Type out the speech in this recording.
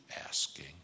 asking